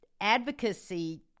advocacy